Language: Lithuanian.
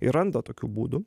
ir randa tokių būdų